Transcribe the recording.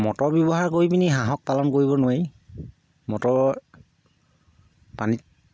motor ব্যৱহাৰ কৰি পিনি হাঁহক পালন কৰিব নোৱাৰি মটৰ পানীত